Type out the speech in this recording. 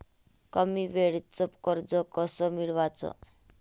कमी वेळचं कर्ज कस मिळवाचं?